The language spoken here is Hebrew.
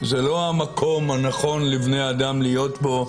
זה לא המקום הנכון לבני האדם להיות בו,